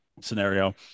scenario